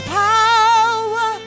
power